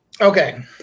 Okay